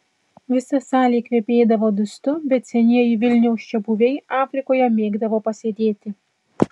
visa salė kvepėdavo dustu bet senieji vilniaus čiabuviai afrikoje mėgdavo pasėdėti